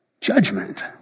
judgment